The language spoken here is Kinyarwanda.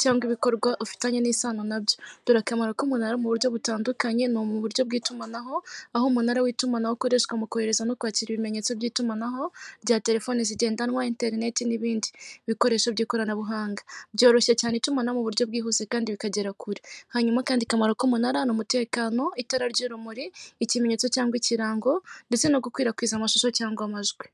cyangwa ibikorwa ufitanye n'isano nabyo, dore akamaro k'umunara mu buryo butandukanye ni mu buryo bw'itumanaho aho umunara w'itumanaho ukoreshwa mu kohereza no kwakira ibimenyetso by'itumanaho rya telefoni zigendanwa iterineti n'ibindi. Bikoresho by'ikoranabuhanga byoroshye cyane itumanaho mu buryo bwihuse kandi bikagera kure hanyuma kandi kamaro k'umunara ni umutekano itara ry'urumuri ikimenyetso cyangwa ikirango ndetse no gukwirakwiza amashusho cyangwa amajwi.